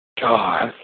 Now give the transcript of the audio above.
God